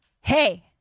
hey